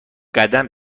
قدم